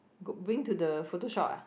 got bring to the photo shop ah